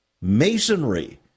masonry